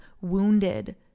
wounded